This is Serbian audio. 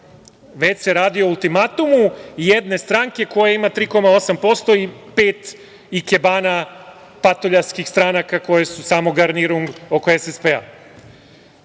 već se radi o ultimatumu jedne stranke koja ima 3,8% i pet ikebana patuljastih stranaka koje su samo garnirung oko SSP.Oni